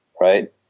right